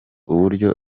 uburyo